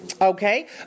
Okay